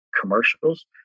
commercials